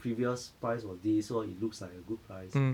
previous price was this so it looks like a good price